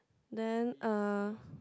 then uh